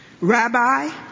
Rabbi